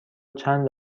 چند